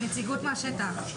וכדאי נציגות מהשטח.